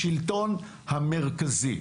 השלטון המרכזי.